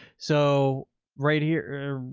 so right here,